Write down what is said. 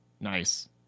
nice